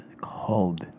cold